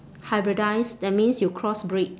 hybridise that means you crossbreed